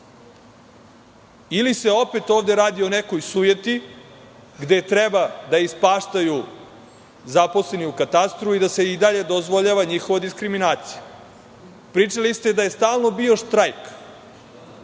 Ili se opet ovde radi o nekoj sujeti, gde treba da ispaštaju zaposleni u katastru i da se i dalje dozvoljava njihova diskriminacija? Pričali ste da je stalno bio štrajk